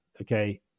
okay